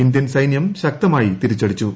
Indian സൈന്യം ശക്തമായി തിരിച്ചടിച്ചു